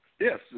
Yes